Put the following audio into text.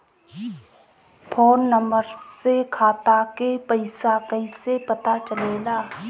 Phone number से खाता के पइसा कईसे पता चलेला?